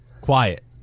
Quiet